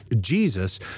Jesus